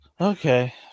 Okay